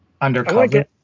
Undercover